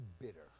bitter